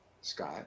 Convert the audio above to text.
Scott